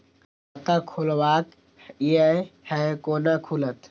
खाता खोलवाक यै है कोना खुलत?